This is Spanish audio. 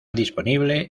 disponible